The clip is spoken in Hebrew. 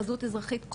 חזות אזרחית,